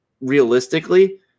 realistically